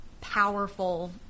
powerful